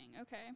Okay